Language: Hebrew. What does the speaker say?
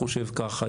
חושב ככה,